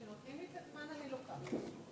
כשנותנים לי את הזמן אני לוקחת אותו,